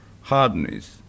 hardness